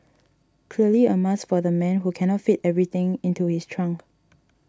clearly a must for the man who cannot fit everything into his trunk